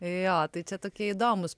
jo tai čia tokie įdomūs